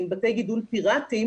עם בתי גידול פירטיים,